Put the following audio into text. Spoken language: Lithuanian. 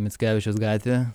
mickevičiaus gatvė